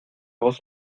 voz